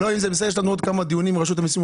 יש לנו עוד כמה דיונים עם רשות המיסים,